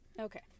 Okay